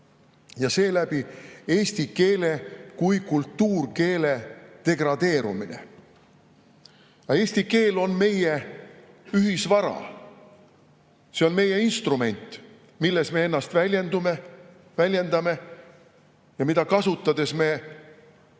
ja seeläbi eesti keele kui kultuurkeele degradeerumine. Eesti keel on meie ühisvara. See on meie instrument, mille abil me ennast väljendame, mida kasutades me väga